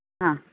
ആ